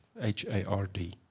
H-A-R-D